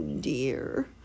dear